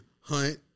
Hunt